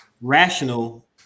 rational